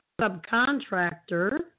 subcontractor